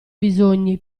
bisogni